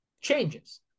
changes